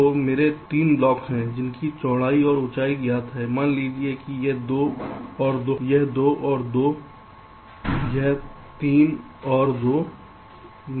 तो मेरे 3 ब्लॉक हैं जिनकी चौड़ाई और ऊँचाई ज्ञात है मान लीजिए यह 2 और 2 है यह 3 और 2 है यह एक 3 और 3 है